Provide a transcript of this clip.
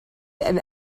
and